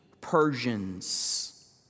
Persians